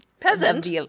peasant